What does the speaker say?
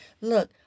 Look